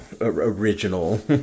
original